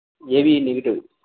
ab negative